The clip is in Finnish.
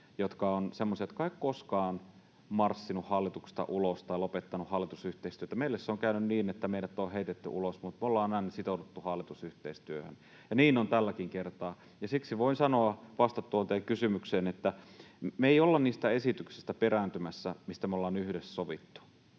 jotka eivät ole koskaan marssineet hallituksesta ulos tai lopettaneet hallitusyhteistyötä. Meille se on käynyt niin, että meidät on heitetty ulos, mutta me ollaan aina sitouduttu hallitusyhteistyöhön, ja niin on tälläkin kertaa. Siksi voin sanoa, vastata tuohon teidän kysymykseen, että me ei olla perääntymässä niistä esityksistä, mistä me ollaan yhdessä sovittu.